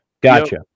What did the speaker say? Gotcha